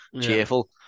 cheerful